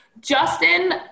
justin